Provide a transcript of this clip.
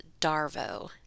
DARVO